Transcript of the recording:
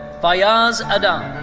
fayaz adam.